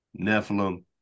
Nephilim